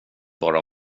bara